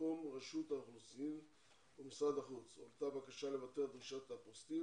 בתחום רשות האוכלוסין ומשרד החוץ הועלתה בקשה לבטל על דרישת אפוסטיל